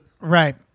Right